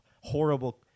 horrible